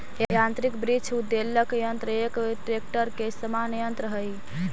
यान्त्रिक वृक्ष उद्वेलक यन्त्र एक ट्रेक्टर के समान यन्त्र हई